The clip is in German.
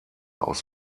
aus